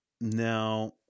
Now